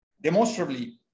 demonstrably